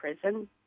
prison